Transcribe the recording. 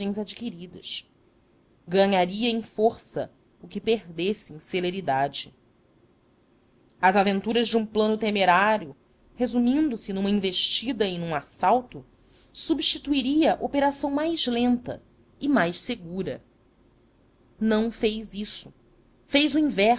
adquiridas ganharia em força o que perdesse em celeridade às aventuras de um plano temerário resumindo se numa investida e num assalto substituiria operação mais lenta e mais segura não fez isto fez o inverso